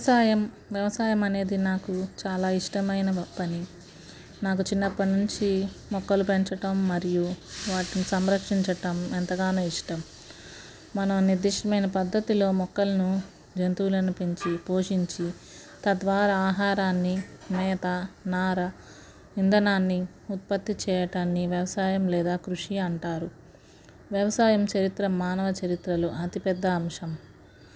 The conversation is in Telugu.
వ్యవసాయం వ్యవసాయం అనేది నాకు చాలా ఇష్టమైన మొక్కని నాకు చిన్నప్పటినుంచి మొక్కలు పెంచడం మరియు వాటిని సంరక్షించటం ఎంతగానో ఇష్టం మనం నిర్దిష్టమైన పద్ధతిలో మొక్కలను జంతువులను పెంచి పోషించి తద్వారా ఆహారాన్ని నయత నారా నిందనాన్ని ఉత్పత్తి చేయటాన్ని వ్యవసాయం లేదా కృషి అంటారు వ్యవసాయం చరిత్ర మానవ చరిత్రలో అతిపెద్ద అంశం